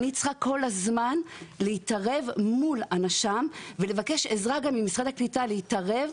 אני צריכה כל הזמן להתערב מול הנש"מ ולבקש עזרה גם ממשרד הקליטה להתערב,